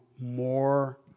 more